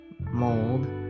mold